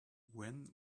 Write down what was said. when